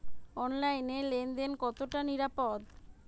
অনলাইনে লেন দেন কতটা নিরাপদ?